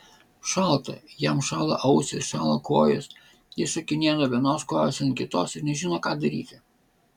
šalta jam šąla ausys šąla kojos jis šokinėja nuo vienos kojos ant kitos ir nežino ką daryti